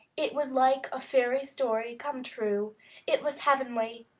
it was like a fairy story come true it was heavenly.